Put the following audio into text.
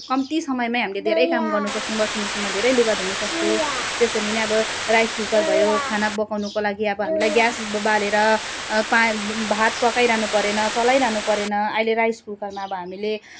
कम्ती समयमै हामीले धेरै काम गर्नु सक्छौँ वासिङ मसिनमा धेरै लुगा धुनु सक्छौँ त्यसरी नै अब राइस कुकर भयो खाना पकाउनुको लागि अब हामीलाई ग्यास ब बालेर पा भात पकाइरहनु परेन चलाइरहनु परेन अहिले राइस कुकरमा अब हामीले